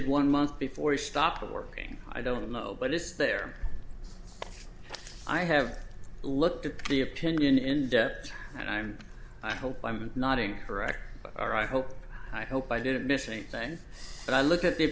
issued one month before he stopped working i don't know but it's there i have looked at the opinion in depth and i'm i hope i'm not incorrect or i hope i hope i didn't miss anything but i look at the